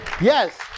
Yes